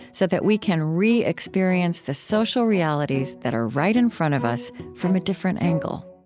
so that we can re-experience the social realities that are right in front of us from a different angle.